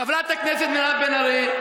חברת הכנסת מירב בן ארי,